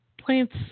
Plants